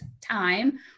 time